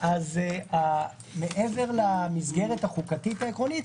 מעבר למסגרת החוקתית העקרונית,